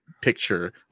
picture